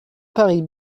paris